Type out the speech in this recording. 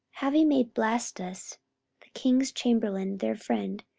having made blastus the king's chamberlain their friend,